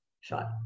shot